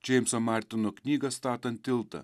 džeimsomartino knygą statant tiltą